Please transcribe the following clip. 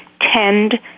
tend